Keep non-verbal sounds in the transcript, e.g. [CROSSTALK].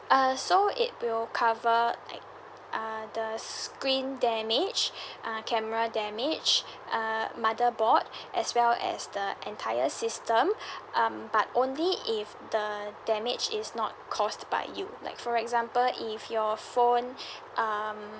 uh so it will cover like uh the screen damage [BREATH] uh camera damage uh mother board [BREATH] as well as the entire system [BREATH] um but only if the damage is not caused by you like for example if your phone [BREATH] um